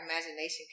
imagination